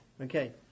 Okay